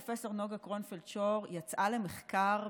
פרופ' נגה קרונפלד שור יצאה למחקר,